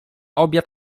obiad